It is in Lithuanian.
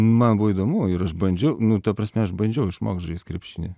man buvo įdomu ir aš bandžiau nu ta prasme aš bandžiau išmokt žaist krepšinį